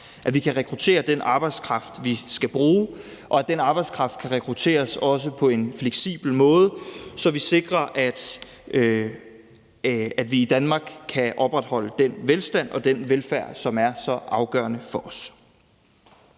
at vi kan rekruttere den arbejdskraft, vi skal bruge, og at den arbejdskraft også kan rekrutteres på en fleksibel måde, så vi sikrer, at vi i Danmark kan opretholde den velstand og den velfærd, som er så afgørende for os.